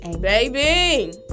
baby